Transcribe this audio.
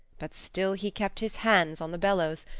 but still he kept his hands on the bellows,